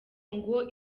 ngo